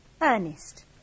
Ernest